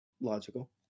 logical